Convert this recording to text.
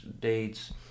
dates